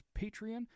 Patreon